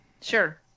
Sure